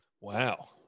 Wow